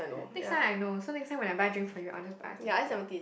next time I know so next time when I buy drink for you I will just buy ice lemon tea